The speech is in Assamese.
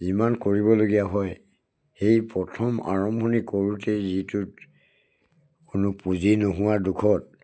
যিমান কৰিবলগীয়া হয় সেই প্ৰথম আৰম্ভণি কৰোঁতেই যিটোত কোনো পুঁজি নোহোৱা দুখত